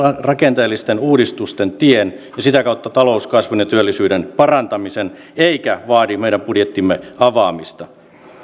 rakenteellisten uudistusten tien ja sitä kautta talouskasvun ja työllisyyden parantamisen eikä vaadi meidän budjettimme avaamista